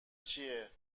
چیه